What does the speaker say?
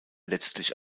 letztlich